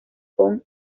con